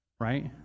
right